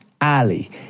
Ali